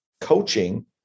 coaching